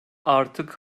artık